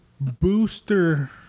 Booster